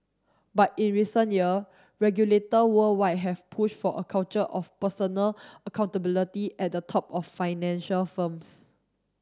but in recent year regulator worldwide have pushed for a culture of personal accountability at the top of financial firms